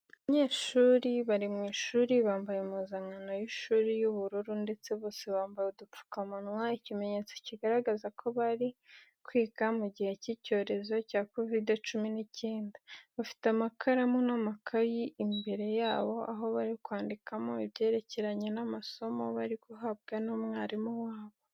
Abanyeshuri bari mu ishuri bambaye impuzankano y'ishuri y'ubururu ndetse bose bambaye udupfukamunwa, ikimenyetso kigaragaza ko bari kwiga mu gihe cy'icyorezo cya COVID-19. Bafite amakaramu n'amakayi imbere yabo aho bari kwandikamo ibyerekeranye n'amasomo bari guhabwa n'umwarimu wabo.